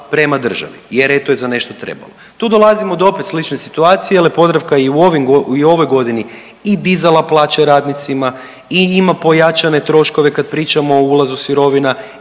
prema državi jer eto je za nešto trebalo. Tu dolazimo do opet slične situacije jel je „Podravka“ i u ovim go…, i u ovoj godini i dizala plaće radnicima i ima pojačane troškove kad pričamo o ulazu sirovina